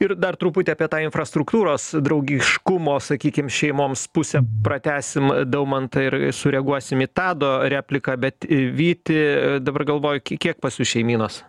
ir dar truputį apie tą infrastruktūros draugiškumo sakykim šeimoms pusę pratęsim daumantai ir sureaguosim į tado repliką bet vyti dabar galvoju kiek pas jus šeimynos